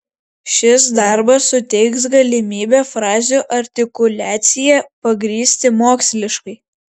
šis darbas suteiks galimybę frazių artikuliaciją pagrįsti moksliškai